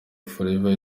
forever